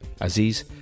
Aziz